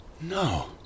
No